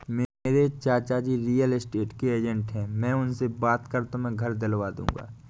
मेरे चाचाजी real estate के एजेंट है मैं उनसे बात कर तुम्हें घर दिलवा दूंगा